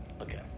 Okay